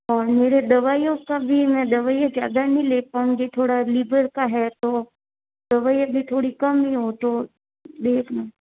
और मेरे दवाइयों का भी मैं दवाइयाँ ज़्यादा नहीं ले पाऊँगी थोड़ा लीवर का है तो दवाइयाँ भी थोड़ी कम ही हो तो देखना